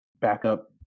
backup